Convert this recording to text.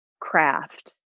craft